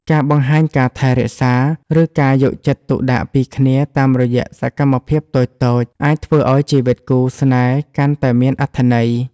ការបង្ហាញការថែរក្សា ឬការយកចិត្តទុកដាក់ពីគ្នាតាមរយៈសកម្មភាពតូចៗអាចធ្វើឱ្យជីវិតគូស្នេហ៍កាន់តែមានអត្ថន័យ។